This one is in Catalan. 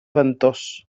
ventós